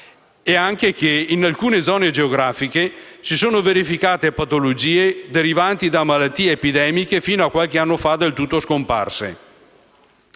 Inoltre, in alcune zone geografiche si sono verificate patologie derivanti da malattie epidemiche fino a qualche anno fa del tutto scomparse.